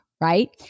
right